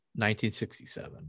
1967